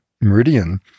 meridian